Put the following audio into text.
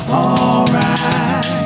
alright